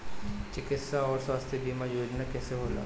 चिकित्सा आऊर स्वास्थ्य बीमा योजना कैसे होला?